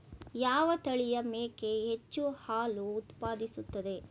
ಯಾವ ತಳಿಯ ಮೇಕೆ ಹೆಚ್ಚು ಹಾಲು ಉತ್ಪಾದಿಸುತ್ತದೆ?